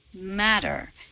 matter